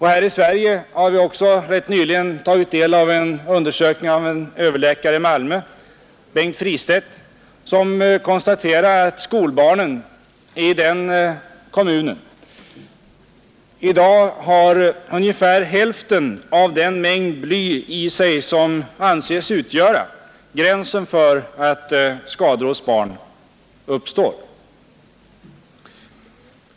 Här i Sverige har vi rätt nyligen fått ta del av resultatet av en undersökning som gjorts av överläkaren Bengt Fristedt i Malmö. Han konstaterar, att skolbarnen i den kommunen i dag har ungefär hälften av den mängd bly i sig som anses utgöra gränsen för att skador hos barn uppstår.